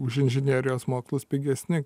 už inžinerijos mokslus pigesni